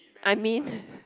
I mean